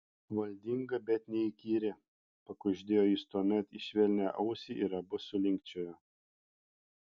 valdinga bet neįkyri pakuždėjo jis tuomet į švelnią ausį ir abu sulinkčiojo